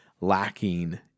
lacking